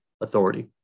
authority